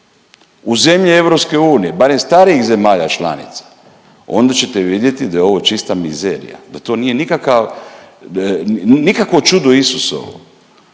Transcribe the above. u zemlje EU, barem starijih zemalja članica, onda ćete vidjeti da je ovo čista mizerija, da to nije nikakav, nikakvo čudo Isusovo,